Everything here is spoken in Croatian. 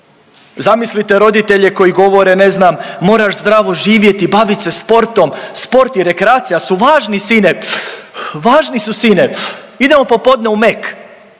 Zamislite roditelje koji govore ne znam, moraš zdravo živjeti, bavit se sportom, sport i rekreacija su važni sine, važni su sine, idemo popodne u Mek,